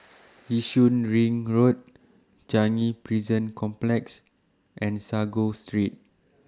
Yishun Ring Road Changi Prison Complex and Sago Street